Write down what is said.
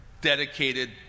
dedicated